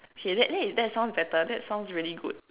K that !hey! that sounds better that sounds really good